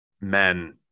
men